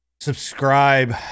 subscribe